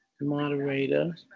Moderator